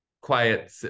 quiet